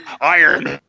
Iron